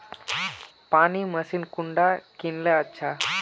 पानी मशीन कुंडा किनले अच्छा?